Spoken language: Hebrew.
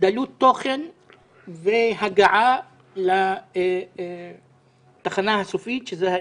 דלות תוכן והגעה לתחנה הסופית, שזה האזרח.